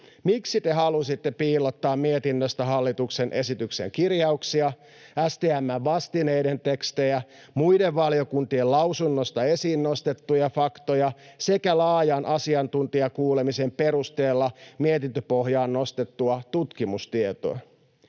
Miksi te halusitte piilottaa mietinnöstä hallituksen esityksen kirjauksia, STM:n vastineiden tekstejä, muiden valiokuntien lausunnoissa esiin nostettuja faktoja sekä laajan asiantuntijakuulemisen perusteella mietintöpohjaan nostettua tutkimustietoa?